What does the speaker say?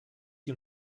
die